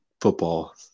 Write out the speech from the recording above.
football